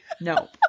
No